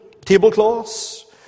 tablecloths